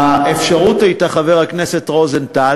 האפשרות הייתה, חבר הכנסת רוזנטל